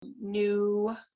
new